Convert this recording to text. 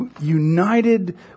united